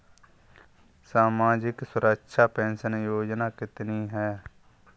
सामाजिक सुरक्षा पेंशन योजना कितनी हैं?